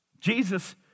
Jesus